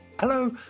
Hello